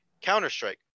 Counter-Strike